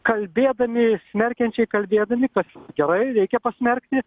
kalbėdami smerkiančiai kalbėdami kad gerai reikia pasmerkti